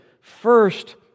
first